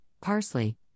parsley